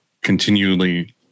continually